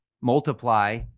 multiply